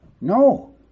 No